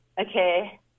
okay